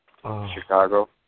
Chicago